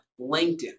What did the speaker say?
LinkedIn